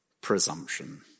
presumption